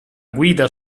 guida